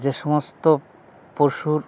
যে সমস্ত পশুর